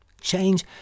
Change